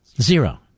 Zero